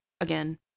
again